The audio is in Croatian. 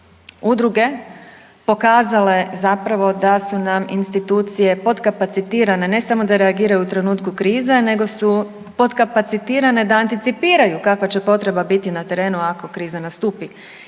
udruge pokazale zapravo da su nam institucije potkapacitirane, ne samo da reagiraju u trenutku krize nego su potkapacitirane da anticipiraju kakva će potreba biti na terenu ako kriza nastupi.